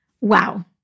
Wow